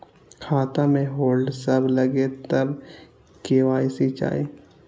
खाता में होल्ड सब लगे तब के.वाई.सी चाहि?